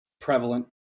prevalent